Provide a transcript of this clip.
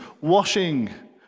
washing